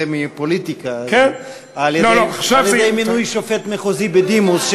מהפוליטיקה על-ידי מינוי שופט מחוזי בדימוס,